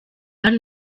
hano